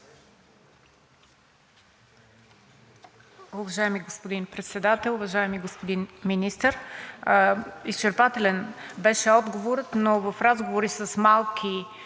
Уважаеми господин Председател! Уважаеми господин Министър, изчерпателен беше отговорът, но в разговори с малки